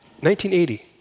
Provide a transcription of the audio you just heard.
1980